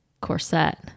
corset